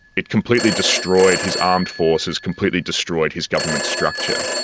it completely destroyed his armed forces, completely destroyed his government's structure.